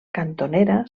cantonera